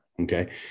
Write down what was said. Okay